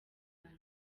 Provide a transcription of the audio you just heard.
ghana